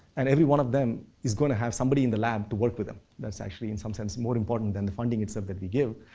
and every one of them is going to have somebody in the lab to work with them. that's actually in some sense more important than the funding itself that we give.